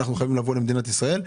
אנחנו חייבים לבוא למדינת ישראל.